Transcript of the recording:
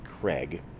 Craig